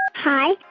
hi,